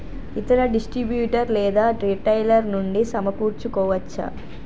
ఇతర డిస్ట్రిబ్యూటర్ లేదా రిటైలర్ నుండి సమకూర్చుకోవచ్చా?